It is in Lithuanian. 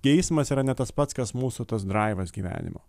geismas yra ne tas pats kas mūsų tas draivas gyvenimo